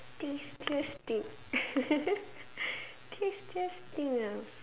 tastiest thing tastiest thing ah